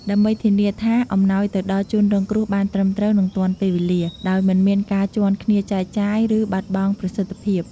ដើម្បីធានាថាអំណោយទៅដល់ជនរងគ្រោះបានត្រឹមត្រូវ និងទាន់ពេលវេលា ដោយមិនមានការជាន់គ្នាចែកចាយ ឬបាត់បង់ប្រសិទ្ធភាព។